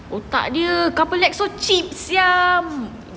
otak dia couple lab so cheap sia